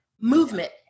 movement